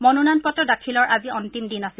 মনোনয়ন পত্ৰ দাখিলৰ আজি অস্তিম দিন আছিল